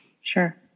Sure